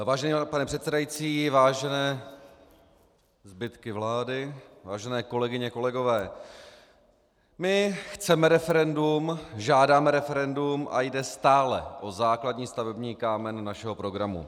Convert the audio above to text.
Vážený pane předsedající, vážené zbytky vlády , vážené kolegyně, kolegové, my chceme referendum, žádáme referendum a jde stále o základní stavební kámen našeho programu.